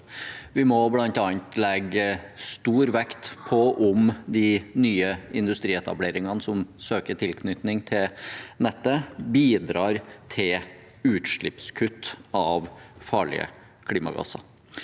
Vi må bl.a. legge stor vekt på om de nye industrietableringene som søker tilknytning til nettet, bidrar til utslippskutt av farlige klimagasser.